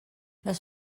les